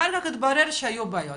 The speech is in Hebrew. אחר כך התברר שהיו בעיות.